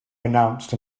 announced